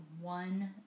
one